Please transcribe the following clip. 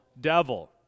devil